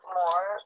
more